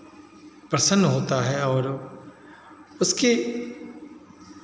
प्रसन्न होता है और उसके